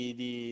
di